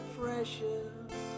precious